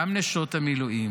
גם נשות המילואים,